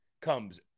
comes